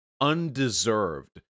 undeserved